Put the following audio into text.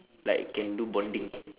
like can do bonding